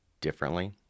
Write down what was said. differently